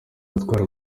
batwara